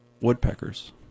woodpeckers